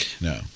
No